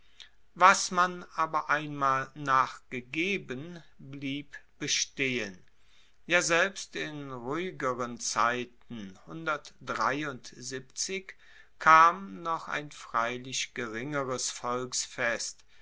was man aber einmal nachgegeben blieb bestehen ja selbst in ruhigeren zeiten kam noch ein freilich geringeres volksfest